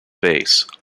base